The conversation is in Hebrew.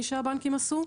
עשו: